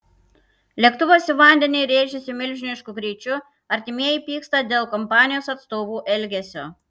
lėktuvas į vandenį rėžėsi milžinišku greičiu artimieji pyksta dėl kompanijos atstovų elgesio